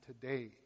today